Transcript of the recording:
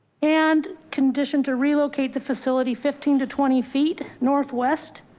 and conditioned to relocate the facility fifteen to twenty feet northwest